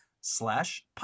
slash